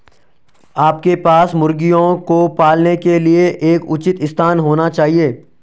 आपके पास मुर्गियों को पालने के लिए एक उचित स्थान होना चाहिए